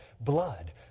blood